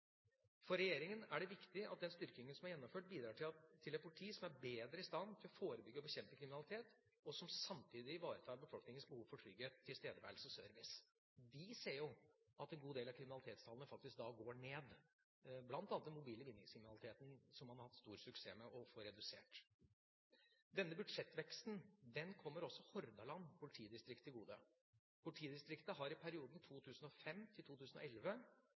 For regjeringa er det viktig at den styrkingen som er gjennomført, bidrar til et politi som er bedre i stand til å forebygge og bekjempe kriminalitet, og som samtidig ivaretar befolkningens behov for trygghet, tilstedeværelse og service. Vi ser jo at en god del av kriminalitetstallene faktisk da går ned, bl.a. den mobile vinningskriminaliteten som man har hatt stor suksess med å få redusert. Denne budsjettveksten kommer også Hordaland politidistrikt til gode. Politidistriktet har i perioden